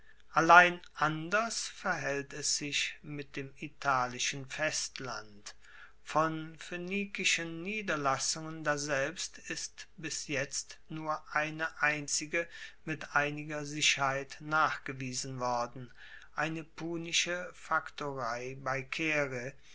allein anders verhaelt es sich mit dem italischen festland von phoenikischen niederlassungen daselbst ist bis jetzt nur eine einzige mit einiger sicherheit nachgewiesen worden eine punische faktorei bei caere